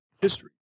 History